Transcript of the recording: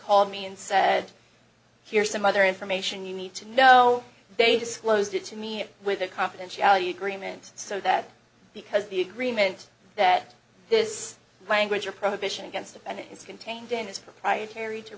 called me and said here's some other information you need to know they disclosed it to me with a confidentiality agreement so that because of the agreement that this language or prohibition against it and it is contained in this proprietary to